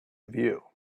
view